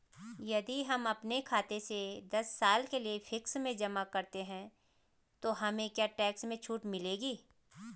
यदि हम अपने खाते से दस साल के लिए फिक्स में जमा करते हैं तो हमें क्या टैक्स में छूट मिलेगी?